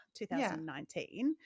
2019